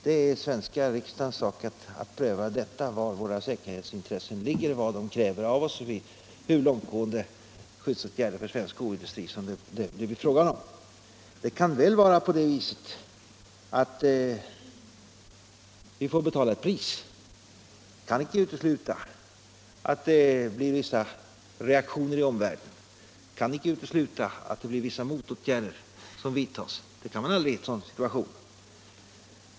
Det är den svenska riksdagens sak att pröva var våra säkerhetsintressen ligger, vad de kräver av oss och hur långtgående skyddsåtgärder för svensk skoindustri det blir fråga om. Det kan mycket väl vara på det sättet att vi får betala ett pris härför. Vi kan inte utesluta att det blir vissa reaktioner i omvärlden. Vi kan icke utesluta att vissa motåtgärder vidtas. Det kan man aldrig göra i en sådan situation.